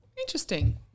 Interesting